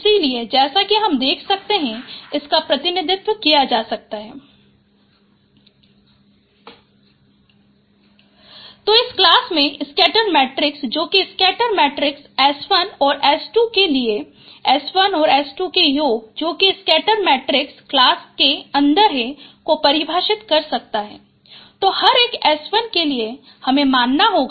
इसलिए जैसा कि हम देख सकते हैं इसका प्रतिनिधित्व किया जा सकता है तो इस क्लास में स्कैटर मैट्रिक्स जो कि स्कैटर मैट्रिक्स S1 और S2 के लिए S1 और S2 के योग जो कि स्कैटर मैट्रिक्स क्लास के अन्दर है को परिभाषित कर सकता है तो हर एक S1 के लिए हमें मानना होगा